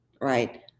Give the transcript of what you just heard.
right